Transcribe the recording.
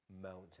mountain